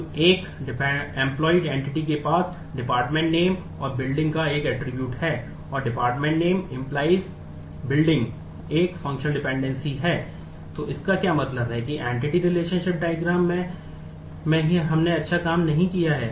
तो एक employee entity के माध्यम से तोड़ रहा है